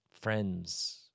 friends